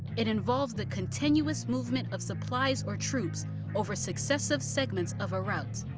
it involves the continuous movement of supplies or troops over successive segments of a route.